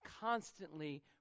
constantly